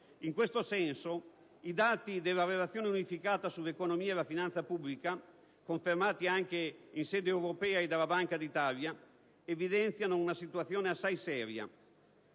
In questo senso, i dati della Relazione unificata sull'economia e la finanza pubblica, confermati anche in sede europea e dalla Banca d'Italia, evidenziano una situazione assai seria